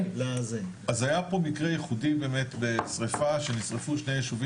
אז היה פה מקרה ייחודי באמת בשריפה שנשרפו שני ישובים